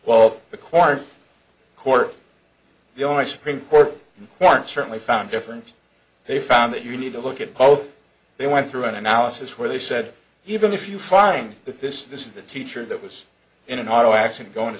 while the court court the only supreme court in court certainly found different they found that you need to look at both they went through an analysis where they said even if you find that this this is the teacher that was in an auto accident going to